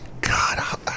God